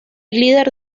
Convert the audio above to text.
líder